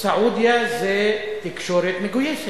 סעודיה זה תקשורת מגויסת,